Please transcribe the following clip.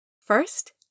first